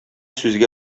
сүзгә